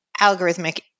algorithmic